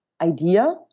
idea